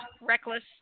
reckless